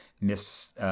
Miss